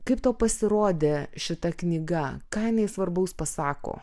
kaip tau pasirodė šita knyga ką jinai svarbaus pasako